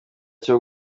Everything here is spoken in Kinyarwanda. cyo